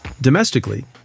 Domestically